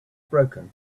broken